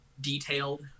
detailed